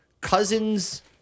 cousins